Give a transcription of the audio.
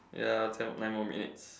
ya okay nine more minutes